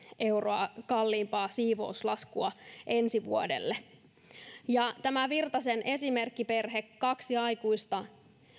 euroa kalliimpaa siivouslaskua ensi vuodelle jos tämä virtasen esimerkkiperhe kaksi aikuista